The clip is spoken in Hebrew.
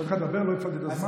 נתתי לך לדבר, לא הפעלתי את הזמן.